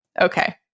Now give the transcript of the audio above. Okay